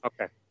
okay